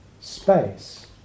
space